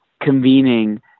convening